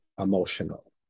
emotional